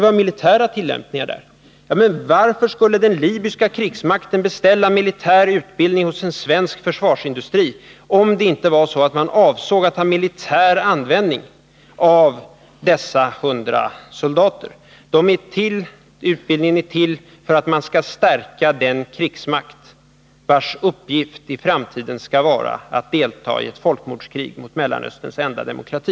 Varför skulle den libyska krigsmakten beställa militär utbildning hos en svensk försvarsindustri om det inte var så att man avsåg att ha militär användning av dessa 100 soldater? Utbildningen är till för att man skall stärka den krigsmakt vars uppgift i framtiden skall vara att delta i ett folkmordskrig mot Mellanösterns enda demokrati!